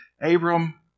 Abram